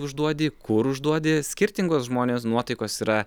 užduodi kur užduodi skirtingos žmonės nuotaikos yra